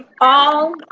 all-